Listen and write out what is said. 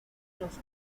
los